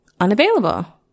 unavailable